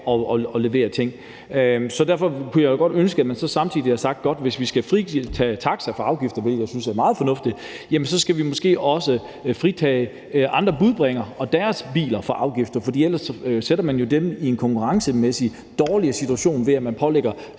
at levere ting. Så derfor kunne jeg godt ønske, at man samtidig havde sagt: Godt, hvis vi skal fritage taxaer for afgifter, hvilket jeg synes er meget fornuftigt, så skal vi måske også fritage andre budbringere og deres biler for afgifter, for ellers sætter man jo dem i en konkurrencemæssigt dårligere situation, altså ved at man stadig